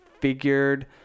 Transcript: figured